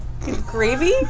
Gravy